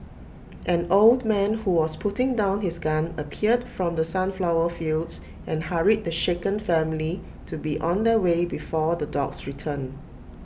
an old man who was putting down his gun appeared from the sunflower fields and hurried the shaken family to be on their way before the dogs return